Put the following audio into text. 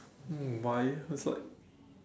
um why cause it's like